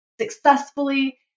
successfully